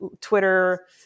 Twitter